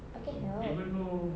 I can help